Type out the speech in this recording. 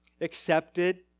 accepted